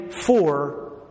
four